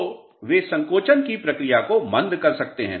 तो वे संकोचन की प्रक्रिया को मंद कर सकते हैं